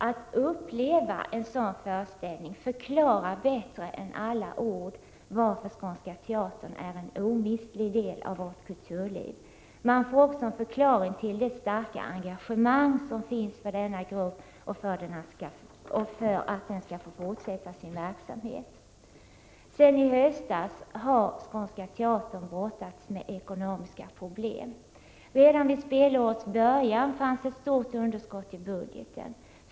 Att uppleva en sådan föreställning förklarar bättre än alla ord varför Skånska teatern är en omistlig del av vårt kulturliv. Man får också en förklaring till det starka engagemang som finns för denna grupp och för att den skall få fortsätta Sedan i höstas har Skånska teatern brottats med ekonomiska problem. Redan vid spelårets början fanns ett stort underskott i budgeten.